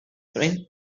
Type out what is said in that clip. bringt